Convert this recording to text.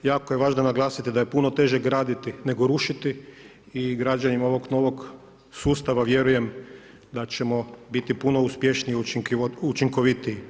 Jako je važno naglasiti da je puno teže graditi, nego rušiti i građenjem ovog novog sustava, vjerujem da ćemo biti puno uspješniji, učinkovitiji.